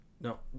No